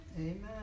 Amen